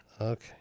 Okay